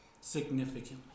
Significantly